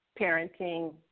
parenting